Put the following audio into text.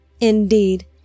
Indeed